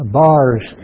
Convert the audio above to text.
bars